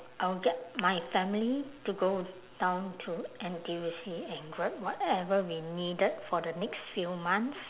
I'll get my family to go down to N_T_U_C and grab whatever we needed for the next few months